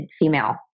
female